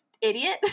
idiot